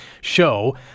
show